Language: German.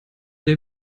der